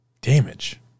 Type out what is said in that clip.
damage